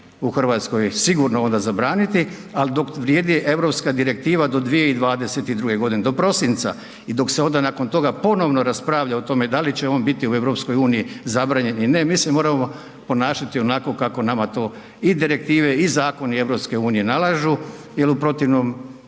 u Hrvatskoj sigurno onda zabraniti, ali dok vrijedi Europska Direktiva do 2022.-ge godine do prosinca, i dok se onda nakon toga ponovno raspravlja o tome da li će on biti u Europskoj uniji zabranjen ili ne, mi se moramo ponašati onako kako nama to i Direktive, i Zakoni Europske unije nalažu jer u protivnom